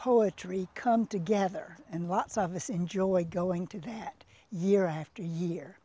poetry come together and lots of us enjoy going to that year after year